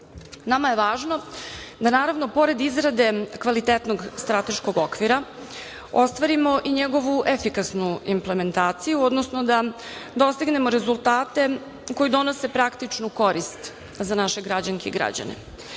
je važno da naravno pored izrade kvalitetnog strateškog okvira, ostvarimo i njegovu efikasnu implementaciju, odnosno da dostignemo rezultate koji donose praktičnu korist za naše građanke i građane. Sa